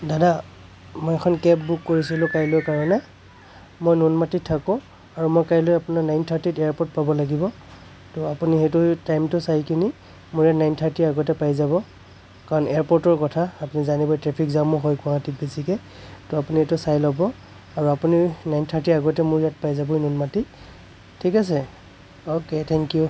দাদা মই এখন কেব বুক কৰিছিলোঁ কাইলৈৰ কাৰণে মই নুনমাটিত থাকোঁ আৰু মই কাইলৈ আপোনাৰ নাইন থাৰ্টিত এয়াৰপৰ্ট পাব লাগিব ত' আপুনি সেইটো টাইমটো চাই কিনি পুৰা নাইন থাৰ্টিৰ আগতে পাই যাব কাৰণ এয়াৰপৰ্টৰ কথা আপুনি জানিবই ট্ৰেফিক জামো হয় গুৱাহাটীত বেছিকে ত' আপুনি সেইটো চাই ল'ব আৰু আপুনি নাইন থাৰ্টিৰ আগতে মোৰ ইয়াত পাই যাব নুনমাটি ঠিক আছে অ'কে থেংকিউ